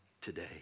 today